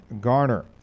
Garner